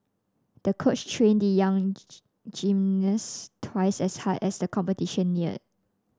the coach trained the young gymnast twice as hard as the competition neared